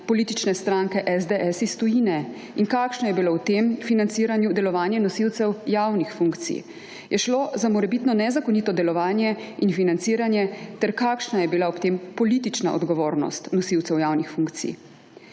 politične stranke SDS iz tujine? In kakšno je bilo v tem financiranju delovanje nosilcev javnih funkcij? Je šlo za morebitno nezakonito delovanje in financiranje ter kakšna je bila ob tem politična odgovornost nosilcev javnih funkcij?